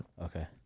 Okay